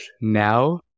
now